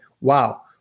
wow